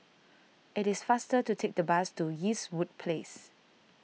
it is faster to take the bus to Eastwood Place